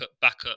backup